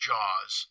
Jaws